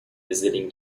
visiting